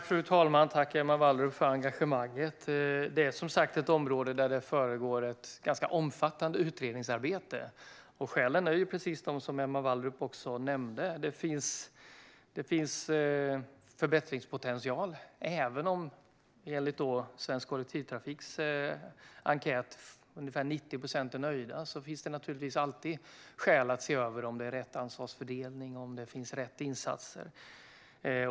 Fru talman! Jag tackar Emma Wallrup för engagemanget. Detta är, som sagt, ett område där det pågår ett ganska omfattande utredningsarbete. Skälen är precis de som Emma Wallrup nämnde. Det finns förbättringspotential. Även om ungefär 90 procent är nöjda enligt Svensk Kollektivtrafiks enkät finns det naturligtvis alltid skäl att se över om det är rätt ansvarsfördelning och om det finns rätt insatser.